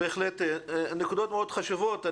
נקודות מאוד חשובות.